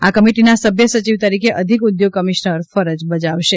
આ કમિટીના સભ્ય સચિવ તરીકે અધિક ઊઘોગ કમિશનર ફરજ બજાવશે